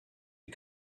you